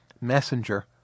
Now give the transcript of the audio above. messenger